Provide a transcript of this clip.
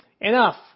enough